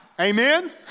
Amen